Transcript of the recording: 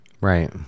Right